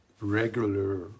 regular